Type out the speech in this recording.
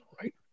right